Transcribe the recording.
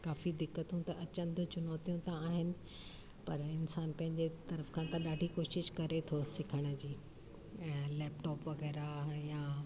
काफी दिक़तूं त अचन थियूं चुनौतियूं त आहिनि पर इंसान पंहिंजे तर्फ़ खां त ॾाढी कोशिशि करे थो सिखण जी ऐं लैपटॉप वग़ैरह या